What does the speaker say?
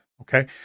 Okay